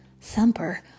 Thumper